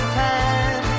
time